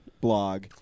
blog